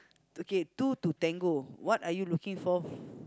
okay two to tango what are you looking for